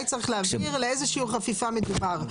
צריך להבהיר על איזה שיעור חפיפה מדובר,